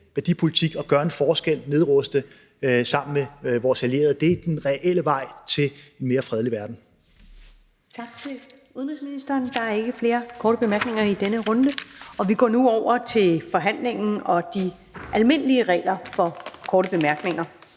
værdipolitik, gøre en forskel og nedruste sammen med vores allierede. Det er den reelle vej til en mere fredelig verden. Kl. 15:00 Første næstformand (Karen Ellemann): Tak til udenrigsministeren. Der er ikke flere korte bemærkninger i denne runde, og vi går nu over til forhandlingen og de almindelige regler for korte bemærkninger.